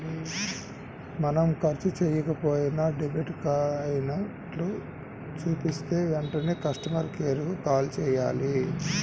మనం ఖర్చు చెయ్యకపోయినా డెబిట్ అయినట్లు చూపిస్తే వెంటనే కస్టమర్ కేర్ కు కాల్ చేయాలి